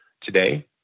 today